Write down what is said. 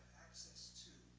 access to